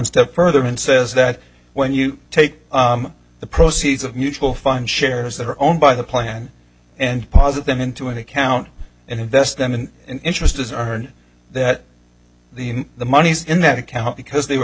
step further and says that when you take the proceeds of mutual fund shares that are owned by the plan and posit them into an account and invest them in interest as are and that the the money is in that account because they were